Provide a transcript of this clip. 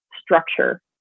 structure